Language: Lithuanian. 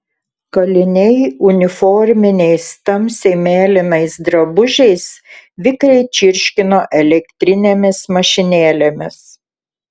kaliniai uniforminiais tamsiai mėlynais drabužiais vikriai čirškino elektrinėmis mašinėlėmis